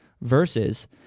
versus